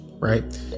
Right